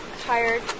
tired